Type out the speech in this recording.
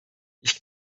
ich